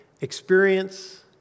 experience